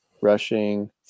Rushing